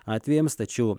atvejams tačiau